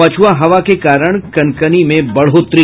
पछुआ हवा के कारण कनकनी में बढ़ोतरी